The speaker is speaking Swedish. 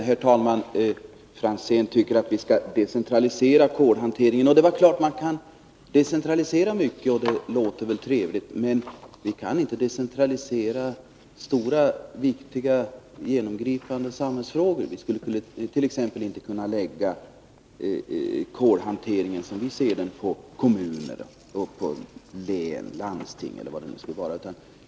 Herr talman! Ivar Franzén tycker att vi skall decentralisera kolhanteringen. Det är klart att man kan decentralisera mycket, och det låter ju trevligt. Men vi kan inte decentralisera stora, viktiga, genomgripande samhällsfrågor. Vi skulle t.ex. inte kunna lägga kolhanteringen på kommuner, landsting eller vad det nu skulle vara, som vi ser det.